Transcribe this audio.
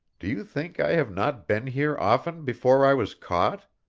do you think i have not been here often before i was caught?